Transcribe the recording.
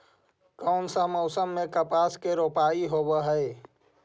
कोन सा मोसम मे कपास के रोपाई होबहय?